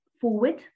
forward